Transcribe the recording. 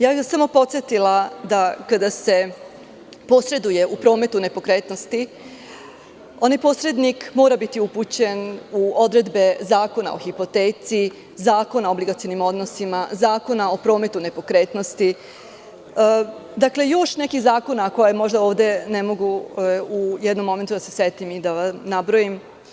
Ja bih vas samo podsetila da kada se posreduje u prometu nepokretnosti, onaj posrednik mora biti upućen u odredbe Zakona o hipoteci, Zakona o obligacionim odnosima, Zakona o prometu nepokretnosti i još nekih zakona kojih sada i ne mogu da se setim da nabrojim.